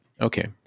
Okay